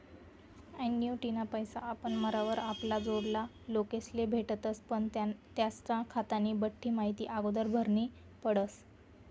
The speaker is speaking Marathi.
ॲन्युटीना पैसा आपण मरावर आपला जोडला लोकेस्ले भेटतस पण त्यास्ना खातानी बठ्ठी माहिती आगोदर भरनी पडस